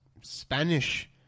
Spanish